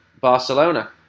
Barcelona